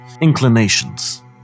inclinations